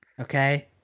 Okay